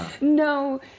No